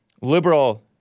liberal